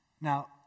Now